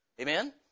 Amen